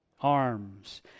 arms